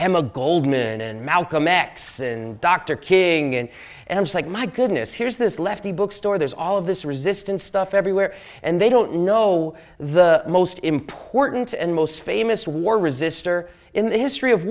emma goldman and malcolm x and dr king and like my goodness here's this lefty bookstore there's all of this resistance stuff everywhere and they don't know the most important and most famous war resister in the history of